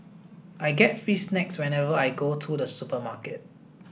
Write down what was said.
I get free snacks whenever I go to the supermarket